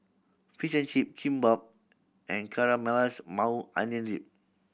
Fish and Chip Kimbap and Caramelized Maui Onion Dip